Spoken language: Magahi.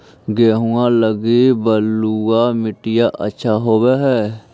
गेहुआ लगी बलुआ मिट्टियां अच्छा होव हैं?